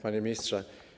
Panie Ministrze!